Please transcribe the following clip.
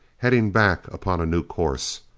heading back upon a new course.